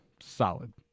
solid